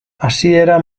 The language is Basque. hasiera